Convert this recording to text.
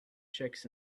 chicks